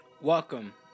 Welcome